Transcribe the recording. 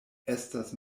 estas